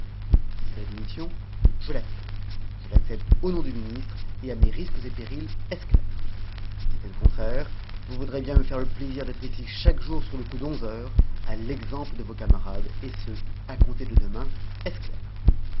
la démission je l'accepte je l'accepte au nom du ministre et à mes risques et périls est-ce clair si c'est le contraire vous voudrez bien me faire le plaisir d'être ici chaque jour sur le coup d'onze heures à l'exemple de vos camarades et ce à compter de demain est-ce clair